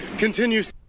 Continues